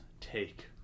take